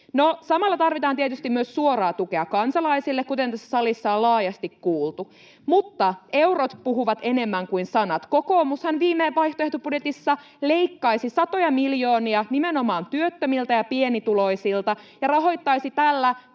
samalla tarvitaan tietysti myös suoraa tukea kansalaisille, kuten tässä salissa on laajasti kuultu, mutta eurot puhuvat enemmän kuin sanat. Kokoomushan vaihtoehtobudjetissaan leikkaisi satoja miljoonia nimenomaan työttömiltä ja pienituloisilta ja rahoittaisi tällä